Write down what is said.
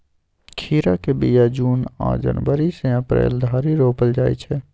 खीराक बीया जुन या जनबरी सँ अप्रैल धरि रोपल जाइ छै